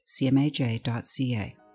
cmaj.ca